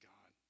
God